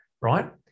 right